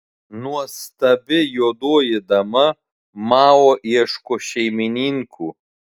nuostabi juodoji dama mao ieško šeimininkų